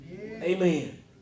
Amen